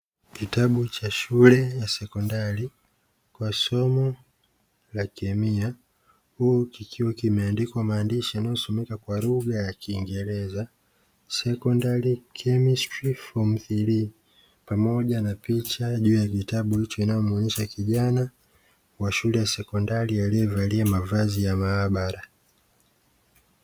Kitabu cha shule ya sekondari kwa somo la kemia kikiwa kimeandikwa maandishi yanayosomeka kwa lugha ya kingereza "secondary chemistry form three", pamoja na picha juu ya kitabu hicho inayomuonesha kijana wa shule ya sekondari, aliyevalia mavazi ya maabara.